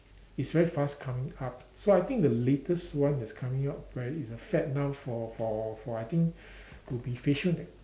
it's very fast coming up so I think the latest one that's coming up right is a fad now for for for I think would be facial tech~